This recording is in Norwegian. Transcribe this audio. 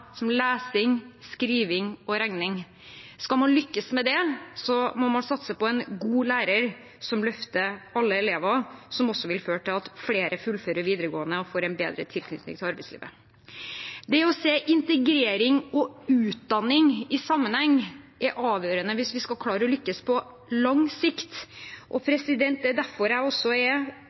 som lesing, skriving og regning. Skal man lykkes med det, må man satse på en god lærer som løfter alle elever, noe som også vil føre til at flere fullfører videregående og får en bedre tilknytning til arbeidslivet. Det å se integrering og utdanning i sammenheng er avgjørende hvis vi skal klare å lykkes på lang sikt. Det er derfor jeg også er